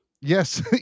Yes